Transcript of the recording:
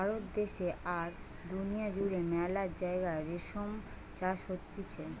ভারত দ্যাশে আর দুনিয়া জুড়ে মেলা জাগায় রেশম চাষ হতিছে